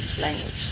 language